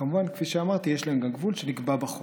כמובן, כפי שאמרתי, יש להם גם גבול שנקבע בחוק.